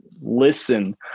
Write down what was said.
listen